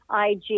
IG